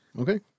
Okay